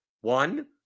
One